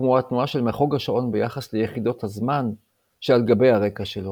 כמו התנועה של מחוג השעון ביחס ליחידות הזמן שעל גבי הרקע שלו.